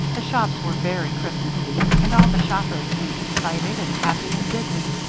the shops were very christmas-y and all the shoppers seemed excited and happy and busy.